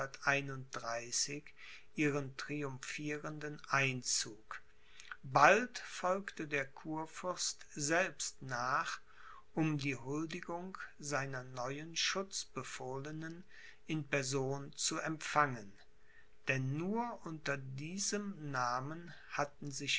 ihren triumphierenden einzug bald folgte der kurfürst selbst nach um die huldigung seiner neuen schutzbefohlenen in person zu empfangen denn nur unter diesem namen hatten